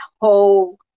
whole